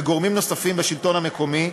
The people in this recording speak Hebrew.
וגורמים נוספים בשלטון המקומי,